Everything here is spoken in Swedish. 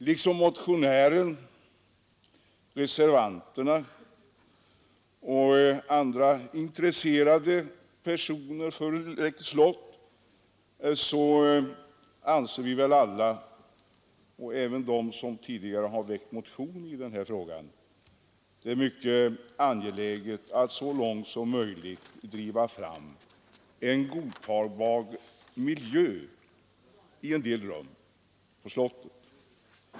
Liksom motionären, reservanterna och andra personer som intresserar sig för Läckö slott anser vi väl alla — även de som tidigare har väckt motion i riksdagen — att det är mycket angeläget att så långt som möjligt få fram en godtagbar miljö i en del rum på slottet.